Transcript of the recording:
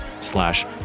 slash